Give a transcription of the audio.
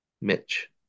Mitch